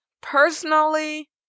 personally